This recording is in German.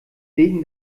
wegen